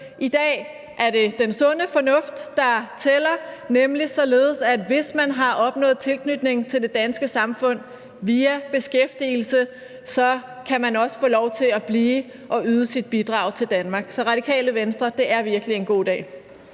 I dag er det den sunde fornuft, der tæller, nemlig således, at hvis man har opnået tilknytning til det danske samfund via beskæftigelse, kan man også få lov til at blive og yde sit bidrag til Danmark. Så det er virkelig en god dag